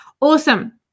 awesome